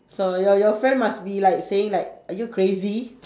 so your your friend must be like saying like are you crazy